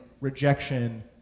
rejection